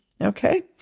Okay